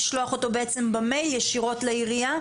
לשלוח אותו בעצם במייל, ישירות לעירייה?